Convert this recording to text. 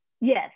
yes